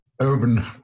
urban